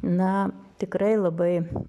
na tikrai labai